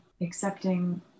accepting